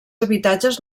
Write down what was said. habitatges